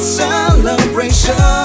celebration